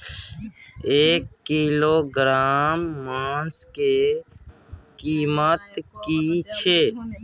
एक किलोग्राम मांस के कीमत की छै?